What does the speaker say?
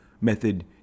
method